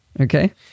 Okay